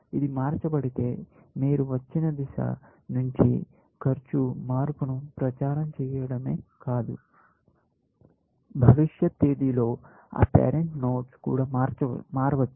ఇది మార్చబడితే మీరు వచ్చిన దిశ నుంచి ఖర్చు మార్పును ప్రచారం చేయడమే కాదు భవిష్యత్ తేదీలో ఆ పేరెంట్ నోడ్స్ కూడా మారవచ్చు